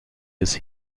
ist